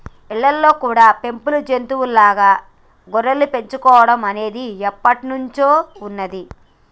ఇళ్ళల్లో కూడా పెంపుడు జంతువుల్లా గొర్రెల్ని పెంచుకోడం అనేది ఎప్పట్నుంచో ఉన్నది